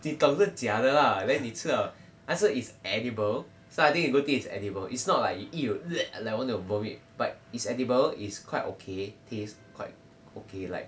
你懂事假的啦 then 你吃了 so it's edible so I think the good thing is it's edible it's not like you eat you like want to vomit but it's edible it's quite okay taste quite okay like